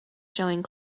showing